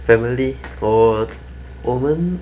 family 我我们